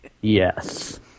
Yes